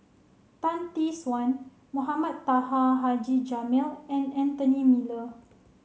Tan Tee Suan Mohamed Taha Haji Jamil and Anthony Miller